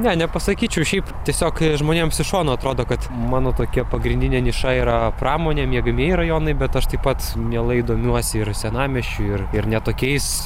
ne nepasakyčiau šiaip tiesiog žmonėms iš šono atrodo kad mano tokia pagrindinė niša yra pramonė miegamieji rajonai bet aš tai pats mielai domiuosi ir senamiesčiu ir ir ne tokiais